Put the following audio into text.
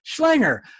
Schlanger